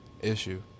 Issue